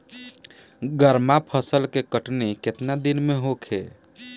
गर्मा फसल के कटनी केतना दिन में होखे?